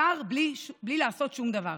שר בלי לעשות שום דבר.